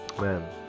Man